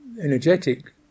energetic